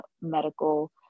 medical